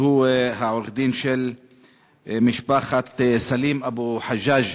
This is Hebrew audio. שהוא העורך-דין של סלים אבו חג'אג',